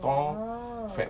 !wow!